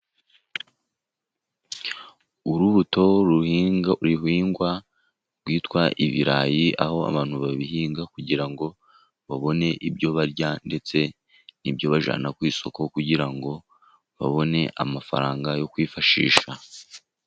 Urubuto ruhingwa rwitwa ibirayi, aho abantu babihinga kugira ngo babone ibyo barya ndetse n'ibyo bajyana ku isoko, kugira ngo babone amafaranga yo kwifashisha.